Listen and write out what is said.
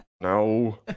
No